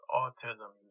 autism